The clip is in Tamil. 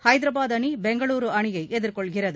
ஹைதராபாத் அணி பெங்களூரு அணியை எதிர்கொள்கிறது